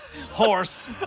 Horse